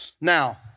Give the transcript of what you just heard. Now